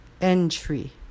Entry